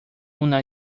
una